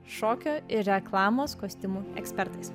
šokio ir reklamos kostiumų ekspertais